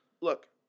look